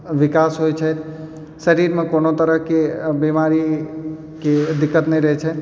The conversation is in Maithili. विकास होइत छै शरीरमे कोनो तरहकेँ बीमारीके दिक्कत नहि रहैत छै